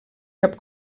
cap